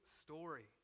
story